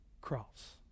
cross